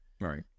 Right